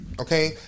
okay